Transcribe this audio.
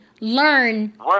learn